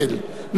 להצביע, מי בעד?